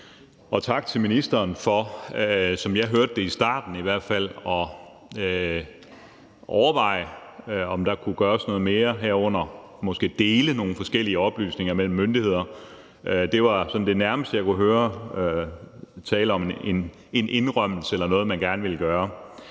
og tak til ministeren for, som jeg hørte det i starten i hvert fald, at overveje, om der kunne gøres noget mere, herunder måske dele nogle forskellige oplysninger mellem myndigheder. Det var sådan det nærmeste, jeg kunne høre som en indrømmelse eller som noget, man gerne ville gøre.